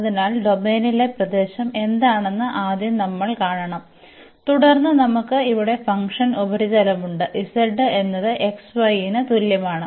അതിനാൽ ഡൊമെയ്നിലെ പ്രദേശം എന്താണെന്ന് ആദ്യം നമ്മൾ കാണണം തുടർന്ന് നമുക്ക് ഇവിടെ ഫംഗ്ഷൻ ഉപരിതലമുണ്ട് z എന്നത് xy ന് തുല്യമാണ്